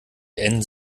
beenden